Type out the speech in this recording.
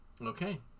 Okay